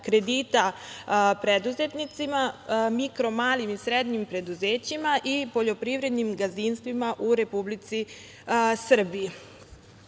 kredita preduzetnicima, mikro, malim i srednjim preduzećima i poljoprivrednim gazdinstvima u Republici Srbiji.